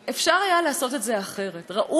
ראוי היה לעשות את זה אחרת.